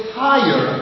higher